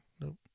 Nope